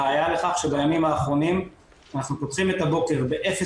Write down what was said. הראייה לכך שבימים האחרונים אנחנו פותחים את הבוקר ב-0